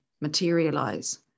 materialize